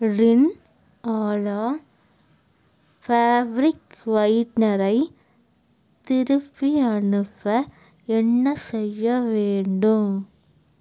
ரின் Ala fabric ஒயிட்னரை திருப்பி அனுப்ப என்ன செய்ய வேண்டும்